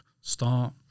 start